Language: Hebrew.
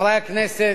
חברי הכנסת,